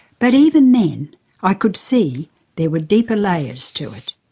but even then i could see there were deeper layers to it.